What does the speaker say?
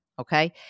okay